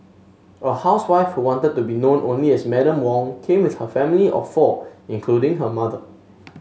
a housewife who wanted to be known only as Madam Wong came with her family of four including her mother